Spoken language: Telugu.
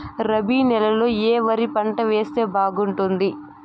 రబి నెలలో ఏ వరి పంట వేస్తే బాగుంటుంది